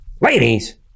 ladies